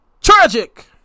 Tragic